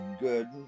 good